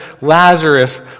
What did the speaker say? Lazarus